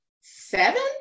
seven